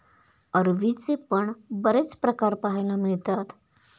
अरवीचे पण बरेच प्रकार पाहायला मिळतात